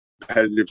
competitive